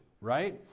right